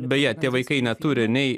beje tie vaikai neturi nei